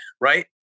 right